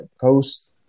post